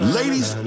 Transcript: ladies